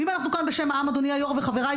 ואם אנחנו כאן בשם העם, אדוני היו"ר, וחבריי